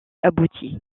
aboutie